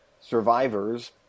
survivors